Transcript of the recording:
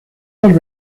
dos